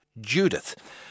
Judith